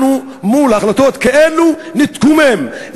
אנחנו מול החלטות כאלה נתקומם,